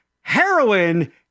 Heroin